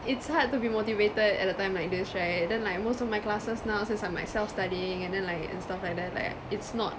it's hard to be motivated at a time like this right then like most of my classes now since I'm like self studying and then like and stuff like that like it's not